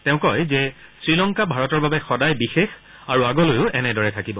তেওঁ কয় যে শ্ৰীলংকা ভাৰতৰ বাবে সদায় বিশেষ আৰু আগলৈও এনেদৰে থাকিব